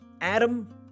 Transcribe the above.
Adam